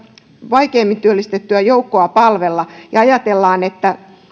vaikeimmin työllistettävää joukkoa palvella ja ajatellaan että